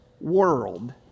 world